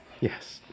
yes